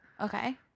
okay